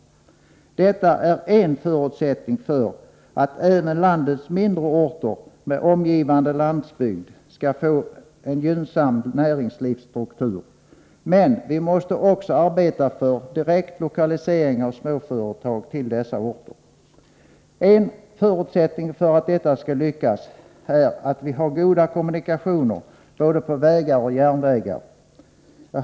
Detta är en förutsättning för att även länets mindre orter med omgivande landsbygd skall få en gynnsam näringslivsstruktur, men vi måste också arbeta för direkt lokalisering av småföretag till dessa orter. En förutsättning för att detta skall lyckas är att vi har goda kommunikationer på såväl vägar som järnvägar.